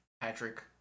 Patrick